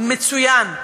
מצוין.